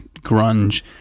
grunge